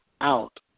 out